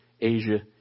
Asia